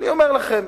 אני אומר לכם,